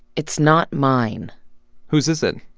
it's not mine whose is it?